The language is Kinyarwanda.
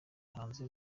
hanze